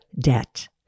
debt